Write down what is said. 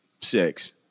six